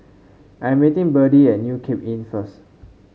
I'm meeting Byrdie at New Cape Inn first